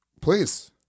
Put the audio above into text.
Please